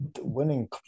winning